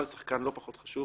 אבל שחקן לא פחות חשוב